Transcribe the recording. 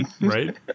right